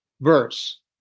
verse